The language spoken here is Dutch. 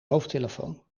hoofdtelefoon